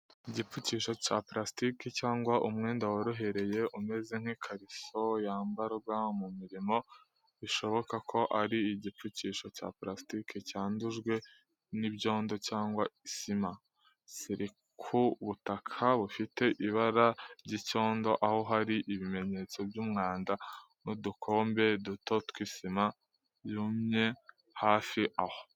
Igipfukisho cya parasitike cyangwa umwenda worohereye umeze nk’ikariso yambarwa mu mirimo, bishoboka ko ari igipfukisho cya purasitike cyandujwe n'ibyondo cyangwa isima. Kiri ku butaka bufite ibara ry'icyondo, aho hari ibimenyetso by’umwanda n’udukombe duto tw’isima yumye hafi aho.